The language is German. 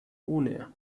ohne